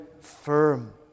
firm